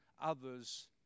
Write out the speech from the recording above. others